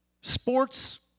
Sports